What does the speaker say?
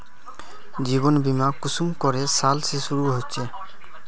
जीवन बीमा कुंसम करे साल से शुरू होचए?